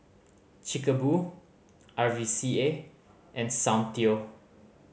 Chic a Boo R V C A and Soundteoh